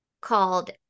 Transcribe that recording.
called